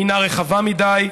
והינה רחבה מדי.